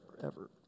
forever